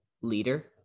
leader